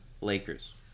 Lakers